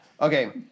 Okay